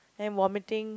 and vomiting